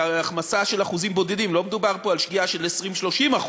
היא החמצה של אחוזים בודדים לא מדובר פה על שגיאה של 20% 30%,